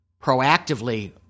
Proactively